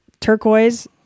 turquoise